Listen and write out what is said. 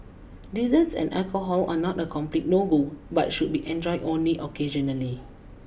desserts and alcohol are not a complete no go but should be enjoyed only occasionally